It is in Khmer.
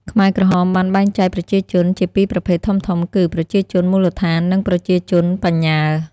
ខ្មែរក្រហមបានបែងចែកប្រជាជនជាពីរប្រភេទធំៗគឺ "ប្រជាជនមូលដ្ឋាន" និង "ប្រជាជនបញ្ញើ"។